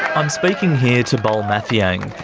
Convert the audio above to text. i'm speaking here to bol mathiang.